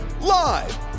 Live